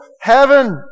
heaven